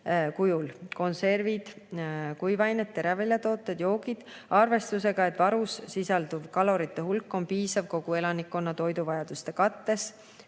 kujul – konservid, kuivained, teraviljatooted, joogid – arvestusega, et varus sisalduv kalorite hulk on piisav kogu elanikkonna toiduvajaduste katteks